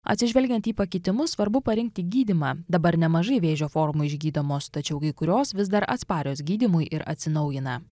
atsižvelgiant į pakitimus svarbu parinkti gydymą dabar nemažai vėžio formų išgydomos tačiau kai kurios vis dar atsparios gydymui ir atsinaujina